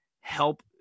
help